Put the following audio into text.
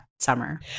Summer